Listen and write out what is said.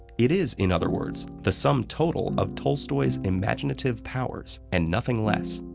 it is, in other words, the sum total of tolstoy's imaginative powers, and nothing less.